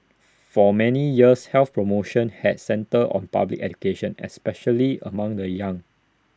for many years health promotion had centred on public education especially among the young